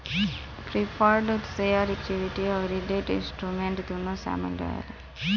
preferred share equity अउरी debt instrument दूनो शामिल रहेला